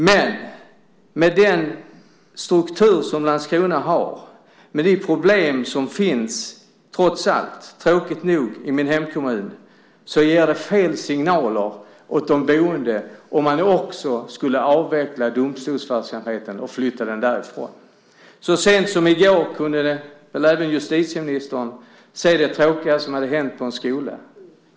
Med den struktur som Landskrona har och med de problem som tråkigt nog finns i min hemkommun ger det fel signaler åt de boende om man nu också flyttar domstolsverksamheten därifrån. Så sent som i går kunde även justitieministern höra om det tråkiga som hänt på en skola.